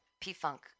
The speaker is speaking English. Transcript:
P-Funk